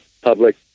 public